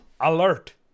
Alert